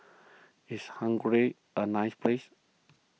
is Hungary a nice place